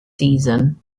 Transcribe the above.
season